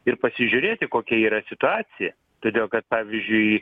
ir pasižiūrėti kokia yra situacija todėl kad pavyzdžiui